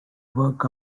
work